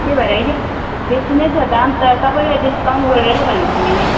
त्यही भएर अलिक बेसी नै छ दाम तर तपाईँलाई डिस्काउन्ट गरेरै भनेको मैले